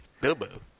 Bilbo